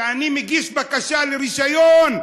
שאני מגיש בקשה לרישיון,